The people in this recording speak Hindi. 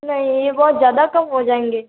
नहीं ये बहुत ज़्यादा कम हो जाएंगे